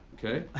okay?